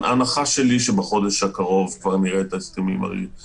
ההנחה שלי היא שבחודש הקרוב כבר נראה את ההסכמים הראשונים מבשילים.